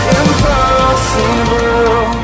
impossible